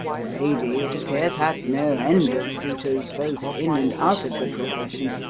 the lady, it appears, had no end of suitors, both in and out of the profession